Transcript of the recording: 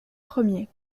premiers